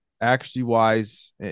accuracy-wise